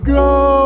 go